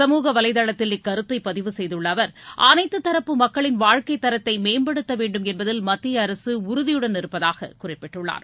சமூக வலைதளத்தில் இக்கருத்தை பதிவு செய்துள்ள அவர் அனைத்து தரப்பு மக்களின் வாழ்க்கை தரத்தை மேம்படுத்த வேண்டும் என்பதில் மத்திய அரசு உறுதியுடன் இருப்பதாக குறிப்பிட்டுள்ளார்